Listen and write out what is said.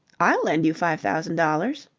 i'll lend you five thousand dollars.